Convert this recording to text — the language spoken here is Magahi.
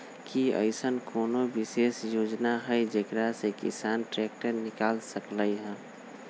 कि अईसन कोनो विशेष योजना हई जेकरा से किसान ट्रैक्टर निकाल सकलई ह?